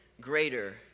greater